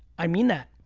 i mean that.